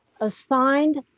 assigned